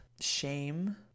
shame